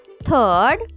Third